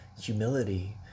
humility